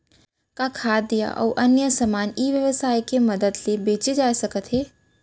का खाद्य अऊ अन्य समान ई व्यवसाय के मदद ले बेचे जाथे सकथे?